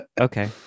Okay